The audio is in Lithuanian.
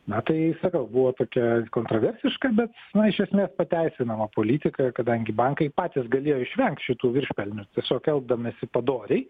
na tai sakau buvo tokia kontroversiška bet na iš esmės pateisinama politika kadangi bankai patys galėjo išvengt šitų viršpelnių tiesiog elgdamiesi padoriai